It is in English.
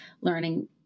learning